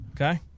okay